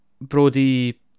Brody